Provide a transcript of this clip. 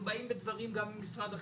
אנחנו באים בדברים גם עם משרד החינוך,